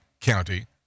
County